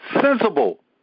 Sensible